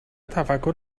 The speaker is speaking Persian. تفکر